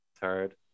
Third